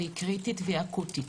והיא קריטית והיא אקוטית.